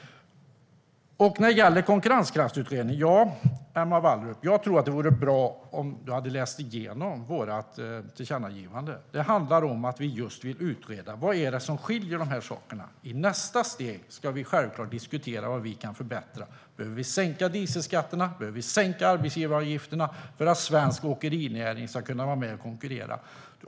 När det gäller en konkurrenskraftsutredning hade det varit bra om Emma Wallrup hade läst igenom vårt tillkännagivande. Det handlar om att vi vill utreda vad det är som skiljer. I nästa steg ska vi självklart diskutera vad vi kan förbättra. Behöver vi sänka dieselskatterna och sänka arbetsgivaravgifterna för att svensk åkerinäring ska kunna vara med och konkurrera?